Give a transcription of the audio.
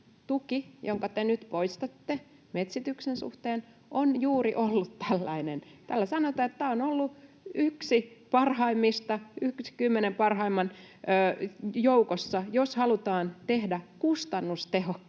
tuki, jonka te nyt poistatte metsityksen suhteen, on juuri ollut tällainen. Täällä sanotaan, että tämä on ollut yksi parhaimmista, kymmenen parhaimman joukossa, jos halutaan tehdä kustannustehokkaasti